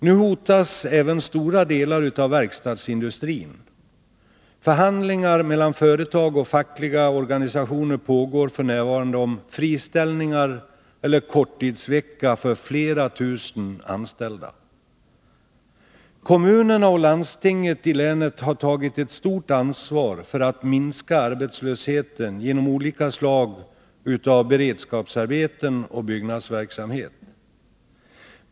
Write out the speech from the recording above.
Nu hotas även stora delar av verkstadsindustrin. Förhandlingar mellan företag och fackliga organisationer pågår f.n. om friställningar eller korttidsvecka för flera tusen anställda. Kommunerna och landstinget har tagit ett stort ansvar för att minska arbetslösheten genom olika slag av beredskapsarbeten och byggnadsverksamhet.